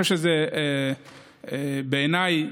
בעיניי,